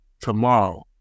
tomorrow